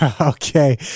Okay